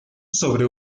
sobre